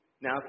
Now